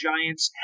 Giants